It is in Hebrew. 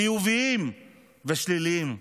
חיוביים ושליליים,